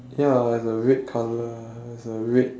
ya I have a red colour the red